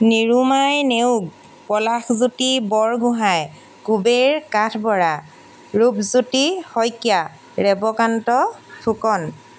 Nirumai Neog Pralashjyoti Borgohain Kuber Kathbora Rupjyoti Saikia Rewakanta Phukan